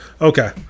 okay